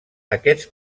aquests